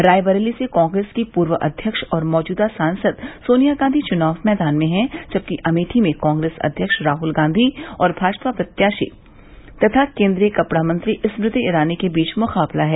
रायबरेली से कांग्रेस की पूर्व अध्यक्ष और मौजूदा सांसद सोनिया गांधी चुनाव मैदान में हैं जबकि अमेठी में कांग्रेस अध्यक्ष राहुल गांधी और भाजपा प्रत्याशी तथा केन्द्रीय कपड़ा मंत्री स्मृति ईरानी के बीच मुकाबला है